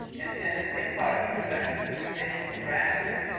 and and and think about it for a second. we we take it for granted.